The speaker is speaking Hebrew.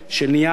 של נייר,